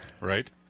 right